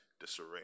disarray